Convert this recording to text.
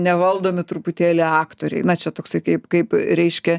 nevaldomi truputėlį aktoriai na čia toksai kaip kaip reiškė